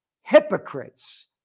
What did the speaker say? hypocrites